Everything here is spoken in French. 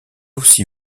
aussi